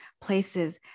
places